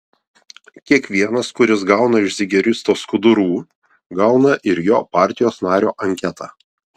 kiekvienas kuris gauna iš zigeristo skudurų gauna ir jo partijos nario anketą